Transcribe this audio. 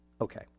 Okay